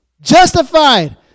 justified